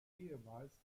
ehemals